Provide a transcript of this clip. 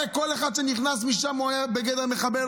הרי כל אחד שנכנס משם היה בגדר מחבל,